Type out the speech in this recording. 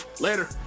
Later